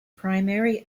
primary